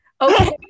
Okay